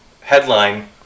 Headline